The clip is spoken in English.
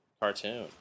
Cartoon